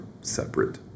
separate